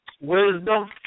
wisdom